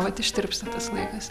vat ištirpsta laikas